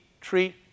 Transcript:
treat